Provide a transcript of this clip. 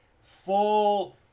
full